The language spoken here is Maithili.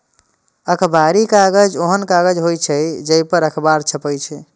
अखबारी कागज ओहन कागज होइ छै, जइ पर अखबार छपै छै